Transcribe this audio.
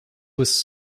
was